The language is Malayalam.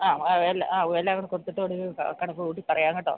ആ എല്ലാം കൂടെ കൊടുത്തിട്ട് ഒടുവില് കണക്കുകൂട്ടി പറയാം കേട്ടോ